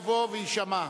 יבוא ויישמע.